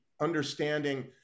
understanding